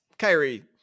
Kyrie